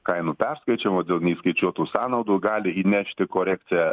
kainų perskaičiavo dėl neįskaičiuotų sąnaudų gali įnešti korekciją